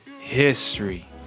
history